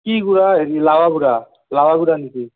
কি গুড়া লাৰা গুড়া লাৰা গুড়া নেকি